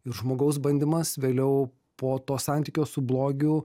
ir žmogaus bandymas vėliau po to santykio su blogiu